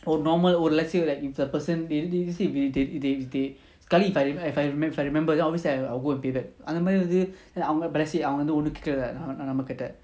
oh normal oh let's say like if the person they they see if they if they if they sekali if I rem~ if I remember if I remember then obviously I will go and pay back அந்தமாதிரிவந்து:andha madhiri vandhu